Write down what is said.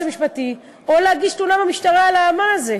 המשפטי או להגיש תלונה במשטרה על האמן הזה.